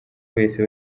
wese